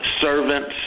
servants